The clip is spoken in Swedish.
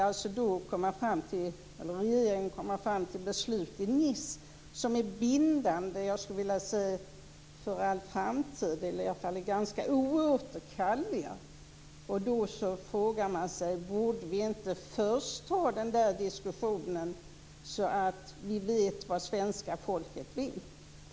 Regeringen ska ju komma fram till beslut i Nice som är bindande för, skulle jag vilja säga, all framtid eller i alla fall är ganska oåterkalleliga. Då frågar man sig om vi inte först borde ta den där diskussionen, så att vi vet vad svenska folket vill.